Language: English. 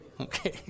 okay